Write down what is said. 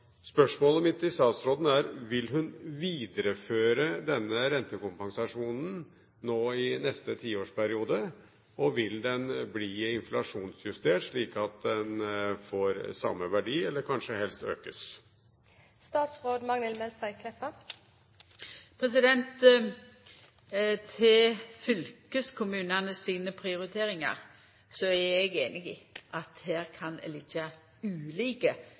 Spørsmålet mitt til statsråden er: Vil hun videreføre denne rentekompensasjonen i neste tiårsperiode? Vil den bli inflasjonsjustert, slik at den får samme verdi – eller kanskje helst økes? Til fylkeskommunane sine prioriteringar: Eg er einig i at det kan liggja ulike